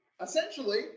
essentially